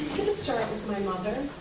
to start with my mother.